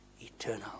eternal